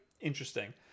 interesting